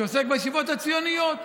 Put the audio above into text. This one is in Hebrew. שעוסק בישיבות הציוניות,